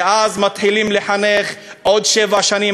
ואז מתחילים לחנך עוד שבע שנים,